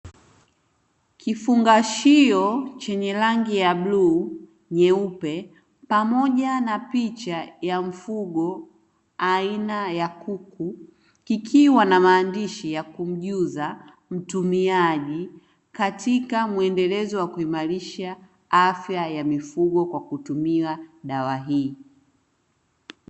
Kifungashio chenye rangi ya bluu, nyeupe, pamoja na picha ya mfugo aina ya kuku, kikiwa na maandishi ya kumjuza mtumiaji katika mwendelezo wa kuimarisha afya ya mifugo kwa kutumia dawa hii.